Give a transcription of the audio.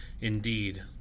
Indeed